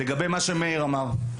לגבי מה שמאיר אמר.